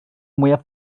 mwyaf